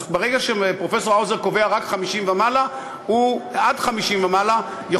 אז ברגע שפרופסור האוזר קובע 50,000 ומעלה, יכולות